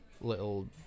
little